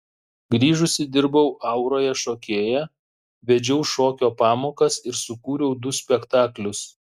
grįžusi dirbau auroje šokėja vedžiau šokio pamokas ir sukūriau du spektaklius